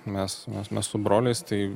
mes mes mes su broliais tai